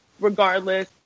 regardless